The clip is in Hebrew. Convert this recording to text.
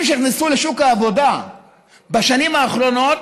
שנכנסו לשוק העבודה בשנים האחרונות